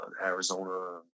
Arizona